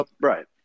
Right